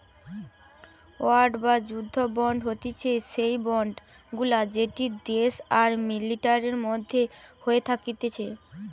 war বা যুদ্ধ bond হতিছে সেই বন্ড গুলা যেটি দেশ আর মিলিটারির মধ্যে হয়ে থাকতিছে